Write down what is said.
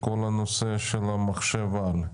כל נושא מחשב העל,